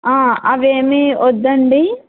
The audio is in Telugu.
అవేమి వద్దండి